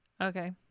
Okay